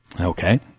Okay